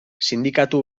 sindikatu